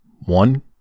One